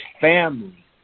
family